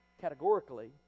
categorically